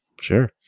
Sure